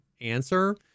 answer